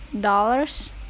dollars